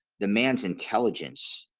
the man's intelligence.